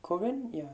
korean ya